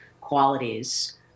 qualities